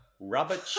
rubber